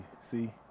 see